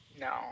No